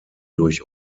durch